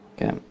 Okay